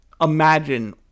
imagine